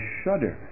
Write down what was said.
shudder